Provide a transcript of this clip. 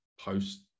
post